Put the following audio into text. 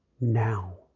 now